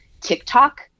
TikTok